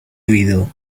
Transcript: oído